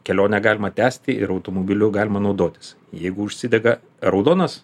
kelionę galima tęsti ir automobiliu galima naudotis jeigu užsidega raudonas